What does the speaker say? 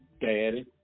daddy